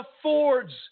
affords